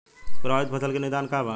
प्रभावित फसल के निदान का बा?